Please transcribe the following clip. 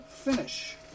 Finish